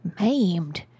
maimed